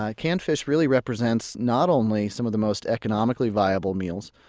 ah canned fish really represents not only some of the most economically viable meals,